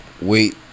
wait